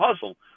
puzzle